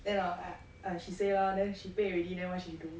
then hor a~ a~ she say lor then she pay already then what she do